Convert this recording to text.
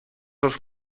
els